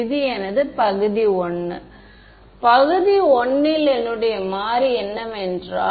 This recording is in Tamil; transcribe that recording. இங்கிருந்து நான் என்ன பெற முடியும்